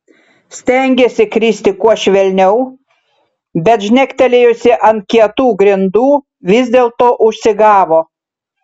stengėsi kristi kuo švelniau bet žnektelėjusi ant kietų grindų vis dėlto užsigavo